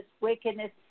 wickedness